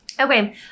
Okay